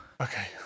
Okay